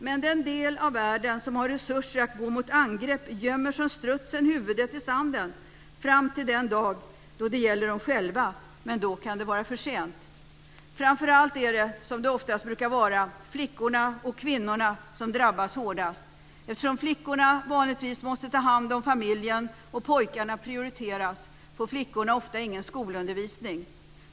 Men den del av världen som har resurser att gå emot angrepp gömmer som strutsen huvudet i sanden fram till den dag då det gäller dem själva. Men då kan det vara för sent. Framför allt är det, som det oftast brukar vara, flickorna och kvinnorna som drabbas hårdast. Eftersom flickorna vanligtvis måste ta hand om familjen och pojkarna prioriteras får flickorna ofta ingen skolundervisning.